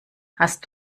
hast